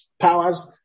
powers